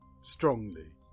strongly